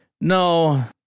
No